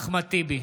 אחמד טיבי,